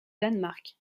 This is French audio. danemark